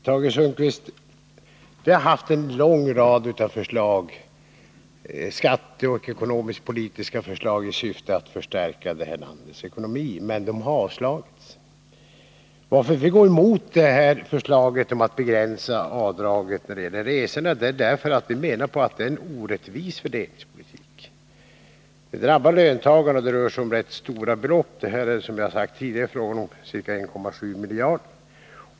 Herr talman! Vi har, Tage Sundkvist, fört fram en lång rad skatteoch ekonomisk-politiska förslag i syfte att förstärka det här landets ekonomi, men de har avslagits. Anledningen till att vi går emot förslaget om att begränsa avdragen för resor är att vi menar att det innebär en orättvis fördelningspolitik. Det drabbar löntagarna, och det rör sig om rätt stora belopp. Det är fråga om, som jag sagt tidigare, ca 1,7 miljarder.